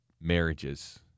marriages